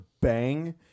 bang